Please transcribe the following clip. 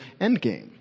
Endgame